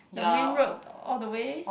the main road all the way